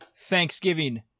Thanksgiving